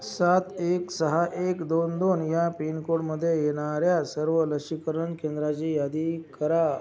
सात एक सहा एक दोन दोन या पिनकोडमध्ये येणाऱ्या सर्व लसीकरण केंद्राची यादी करा